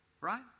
Right